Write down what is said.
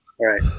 right